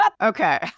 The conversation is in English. Okay